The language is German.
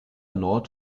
nord